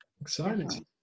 Exciting